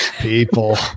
People